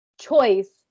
choice